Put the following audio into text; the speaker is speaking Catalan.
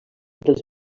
dels